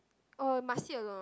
oh must sit alone